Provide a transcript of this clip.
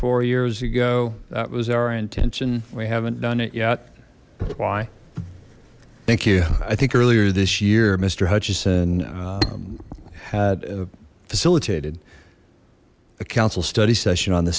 four years ago that was our intention we haven't done it yet why thank you i think earlier this year mister hutchison had facilitated a council study session on th